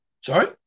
Sorry